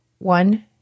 One